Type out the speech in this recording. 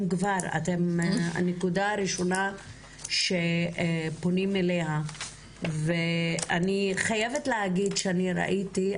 אתם הנקודה הראשונה שפונים אליה ואני חייבת להגיד שאני ראיתי,